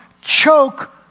Choke